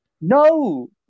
No